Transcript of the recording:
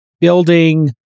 building